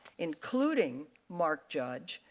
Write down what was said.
including mark judge,